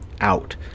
out